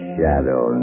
Shadow